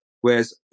Whereas